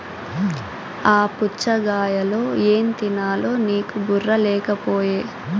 ఆ పుచ్ఛగాయలో ఏం తినాలో నీకు బుర్ర లేకపోయె